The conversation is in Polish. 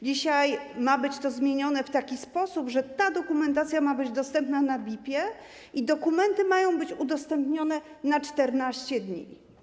Dzisiaj ma być to zmienione w taki sposób, że ta dokumentacja ma być dostępna w BIP-ie i dokumenty mają być udostępnione na 14 dni.